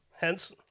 Hence